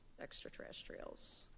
extraterrestrials